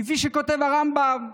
כפי שכותב הרמב"ם,